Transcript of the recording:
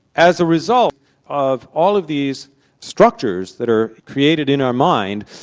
as a result of all of these structures that are created in our mind,